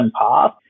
path